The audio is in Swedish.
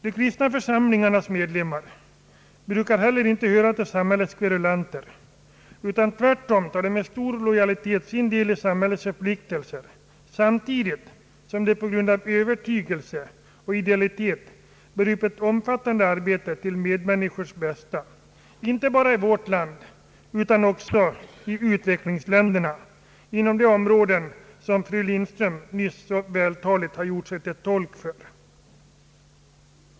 De kristna församlingarnas medlemmar brukar heller inte höra till samhällets kverulanter. Tvärtom tar de med stor lojalitet sin del av samhällets förpliktelser, samtidigt som de på grund av övertygelse och idealitet utför ett omfattande arbete till medmänniskors bästa, inte bara i vårt land utan också i utvecklingsländerna, inom de områden som fru Lindström nyss så vältaligt har gjort sig till tolk för.